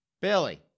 Billy